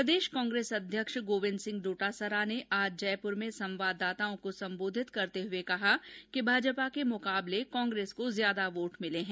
प्रदेश कांग्रेस अध्यक्ष गोविन्द सिंह डोटासरा ने आज जयपुर में संवाददाताओं को संबोधित करते हुये कहा कि भाजपा के मुकाबले कांग्रेस को ज्यादा वोट मिले हैं